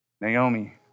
Naomi